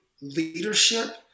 leadership